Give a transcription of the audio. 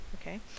Okay